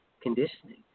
conditioning